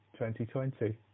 2020